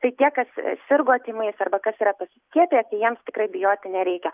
tai tie kas sirgo tymais arba kas yra pasiskiepiję tai jiems tikrai bijoti nereikia